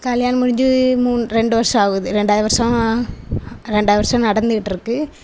கல்யாணம் முடிஞ்சு மூ ரெண்டு வருஷம் ஆகுது ரெண்டாவது வருஷம் ரெண்டாவது வருஷம் நடந்துகிட்டிருக்குது